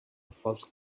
first